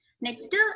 Next